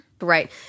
Right